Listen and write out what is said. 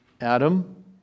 Adam